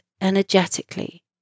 energetically